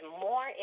more